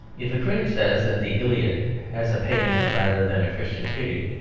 if a critic says that the iliad has a pagan rather than a christian pity,